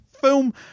film